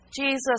Jesus